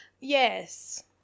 Yes